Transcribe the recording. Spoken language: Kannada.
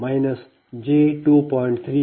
3 p